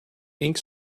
ink